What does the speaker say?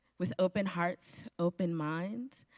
with open hearts, open minds,